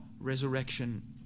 resurrection